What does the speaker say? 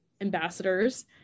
ambassadors